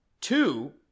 Two